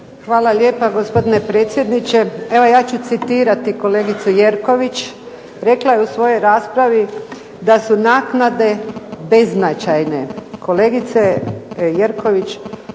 Hvala lijepa gospodine predsjedniče. Evo ja ću citirati kolegicu Jerković. Rekla je u svojoj raspravi da su naknade beznačajne. Kolegice Jerković